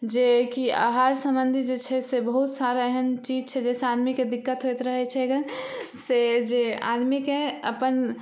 जे कि आहार सम्बन्धित जे छै से बहुत सारा एहन चीज छै जैसे आदमीके दिक्कत होइत रहै छै गऽ से जे आदमीके अपन